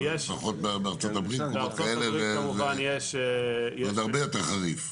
לפחות בארה"ב ובמקומות כאלה זה עוד הרבה יותר חריף.